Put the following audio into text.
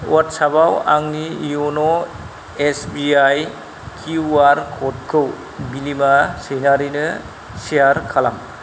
वाट्साबाव आंनि यन' SBI QR code खौ बिलिमा सैनारिनो सेयार खालाम